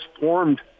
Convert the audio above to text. formed